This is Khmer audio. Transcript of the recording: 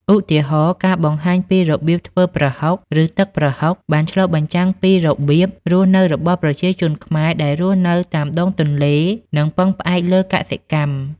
ឧទាហរណ៍ ការបង្ហាញពីរបៀបធ្វើ ប្រហុក ឬ ទឹកប្រហុក បានឆ្លុះបញ្ចាំងពីរបៀបរស់នៅរបស់ប្រជាជនខ្មែរដែលរស់នៅតាមដងទន្លេ និងពឹងផ្អែកលើកសិកម្ម ។